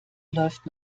läuft